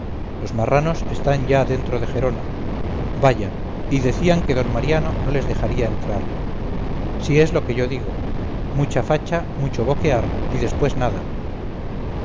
los marranos están ya dentro de gerona vaya y decían que d mariano no les dejaría entrar si es lo que yo digo mucha facha mucho boquear y después nada